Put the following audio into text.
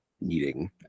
needing